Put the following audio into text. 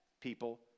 people